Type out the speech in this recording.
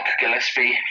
Gillespie